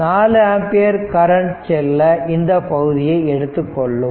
4 ampere current செல்ல இந்த பகுதியை எடுத்துக்கொள்ளும்